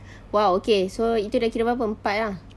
!wow! okay so itu sudah kira berapa empat ah